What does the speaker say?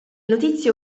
notizie